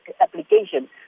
application